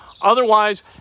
Otherwise